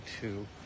two